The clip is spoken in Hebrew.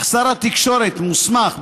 אך שר התקשורת מוסמך,